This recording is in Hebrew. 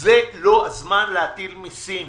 זה לא הזמן להטיל מיסים.